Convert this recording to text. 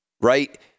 right